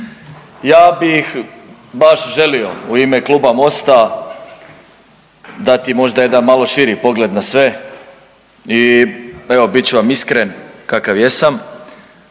ja bih baš želio u ime Kluba MOST-a dati možda jedan malo širi pogled na sve i evo bit ću vam iskren kakav jesam.